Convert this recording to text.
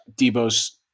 Debo's